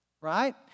right